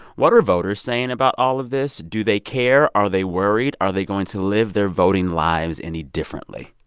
what are voters saying about all of this? do they care? are they worried? are they going to live their voting lives any differently?